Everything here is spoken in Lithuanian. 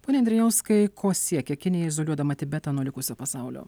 pone andrijauskai ko siekia kinija izoliuodama tibetą nuo likusio pasaulio